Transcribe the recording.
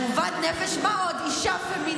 תגידי דבר אחד שאני אמרתי לך.